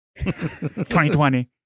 2020